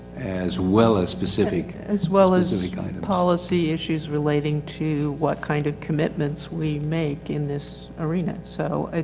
as well as specific. as well as as kind of policy issues relating to what kind of commitments we make in this arena. so,